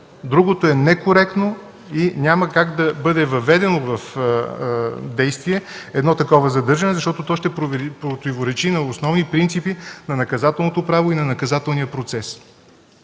Другото е некоректно и няма как да бъде въведено в действие едно такова задържане, защото то ще противоречи на основни принципи на наказателното право и на наказателния процес.